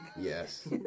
Yes